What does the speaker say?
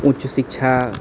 उच्चशिक्षा